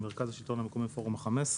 מרכז השלטון המקומי ופורום ה-15,